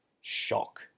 shock